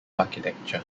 architecture